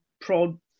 prod